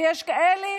ויש כאלה